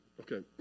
Okay